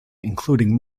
including